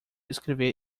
escrever